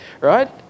right